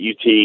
UT